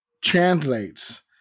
translates